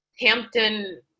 hampton